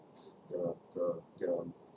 the the the